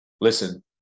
listen